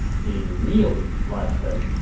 he really liked her.